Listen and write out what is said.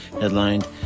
headlined